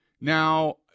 Now